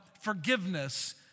forgiveness